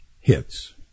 hits